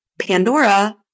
Pandora